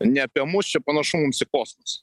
ne apie mus čia panašu mums į postus